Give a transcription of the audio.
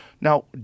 Now